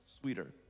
sweeter